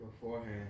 Beforehand